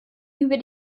über